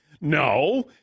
No